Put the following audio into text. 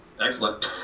Excellent